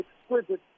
exquisite